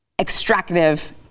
extractive